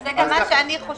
מסכימה.